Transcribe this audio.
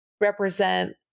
represent